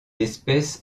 espèce